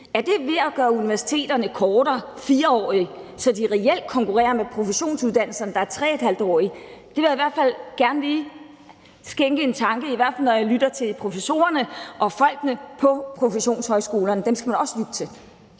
Er det ved at gøre universitetsuddannelserne kortere, altså 4-årige, så de reelt konkurrerer med professionsuddannelserne, der er 3½-årige? Det vil jeg gerne lige skænke en tanke, i hvert fald når jeg lytter til professorerne og folkene på professionshøjskolerne. Dem skal man også lytte til.